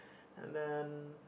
and then